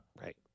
Right